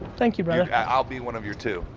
thank you brother. i'll be one of your two.